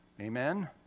Amen